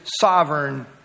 sovereign